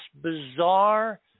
bizarre